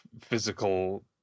physical